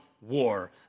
war